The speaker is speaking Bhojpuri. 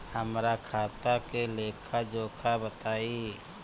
हमरा खाता के लेखा जोखा बताई?